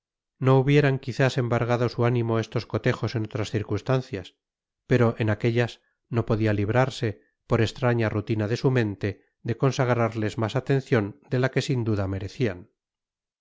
no hubieran quizás embargado su ánimo estos cotejos en otras circunstancias pero en aquellas no podía librarse por extraña rutina de su mente de consagrarles más atención de la que sin duda merecían